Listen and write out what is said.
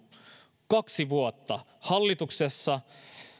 on leikannut kaksi vuotta hallituksessa